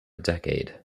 decade